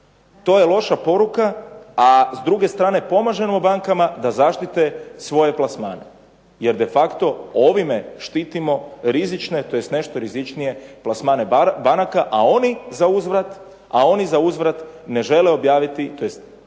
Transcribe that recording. To je loša poruka, a s druge strane pomažemo bankama da zaštite svoje plasmane, jer de facto ovime štitimo rizične tj. nešto rizičnije plasmane banaka, a oni za uzvrat ne žele objaviti tj.